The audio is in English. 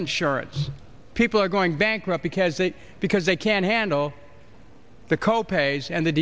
insurance people are going bankrupt because that because they can't handle the co pays and the